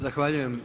Zahvaljujem.